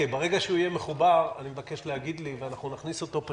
ברגע שהוא יהיה מחובר אני מבקש להגיד לי ואנחנו נכניס אותו.